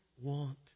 want